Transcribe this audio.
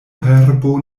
herbo